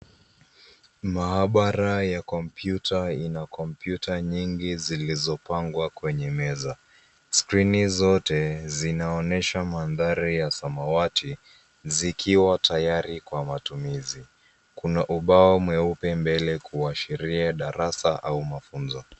Maabara ya kompyuta ina kompyuta mingi zilizopangwa kwenye meza. Skrini zote zinaonyesha mandhari ya samawati zikiwa tayari kwa matumizi. Kuna ubao mweupe mbele ya kuashiria darasa au mafunzo.